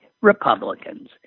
Republicans